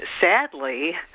Sadly